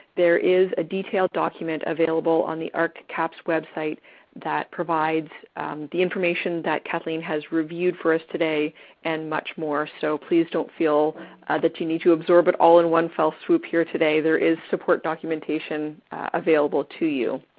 there is a detailed document available on the ahrq cahps website that provides the information that kathleen has for us today and much more. so, please don't feel that you need to absorb it all in one fell swoop here today. there is support documentation available to you.